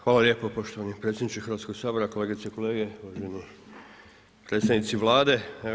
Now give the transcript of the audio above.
Hvala lijepo poštovani predsjedniče Hrvatskoga sabora, kolegice i kolege, uvaženi predstavnici Vlade.